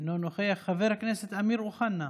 אינו נוכח, חבר הכנסת אמיר אוחנה,